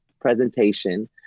presentation